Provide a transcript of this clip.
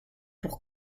pour